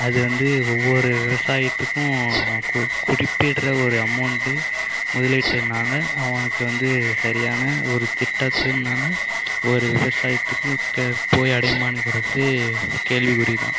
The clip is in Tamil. அது வந்து ஒவ்வொரு விவசாயத்துக்கும் குறிப்பிடுற ஒரு அமவுண்டு முதலீட்டுனால் அவர்களுக்கு வந்து சரியான ஒரு திட்டத்தினால் ஒரு விவசாயத்துக்கு போய் அடையுமங்கிறது கேள்வி குறி தான்